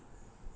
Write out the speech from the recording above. by them